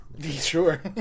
sure